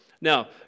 Now